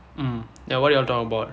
mm like what you all talk about